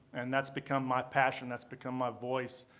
and that's become my passion. that's become my voice,